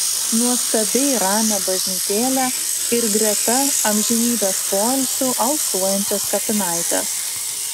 nuostabiai ramią bažnytėlę ir greta amžinybės poilsiu alsuojančias kapinaites